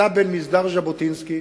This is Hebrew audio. אתה בן מסדר ז'בוטינסקי